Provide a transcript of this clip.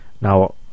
Now